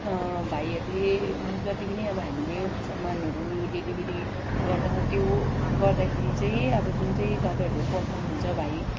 भाइहरूले जति पनि अब हामीले सामानहरू डेलिभरी गर्छौँ त्यो गर्दाखेरि चाहिँ अब जुन चाहिँ तपाईँहरूले पठाउनुहुन्छ भाइ